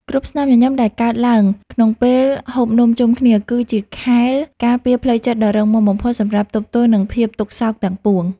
គ្រប់ស្នាមញញឹមដែលកើតឡើងក្នុងពេលហូបនំជុំគ្នាគឺជាខែលការពារផ្លូវចិត្តដ៏រឹងមាំបំផុតសម្រាប់ទប់ទល់នឹងភាពទុក្ខសោកទាំងពួង។